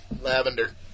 Lavender